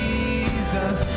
Jesus